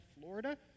Florida